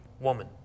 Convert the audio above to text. woman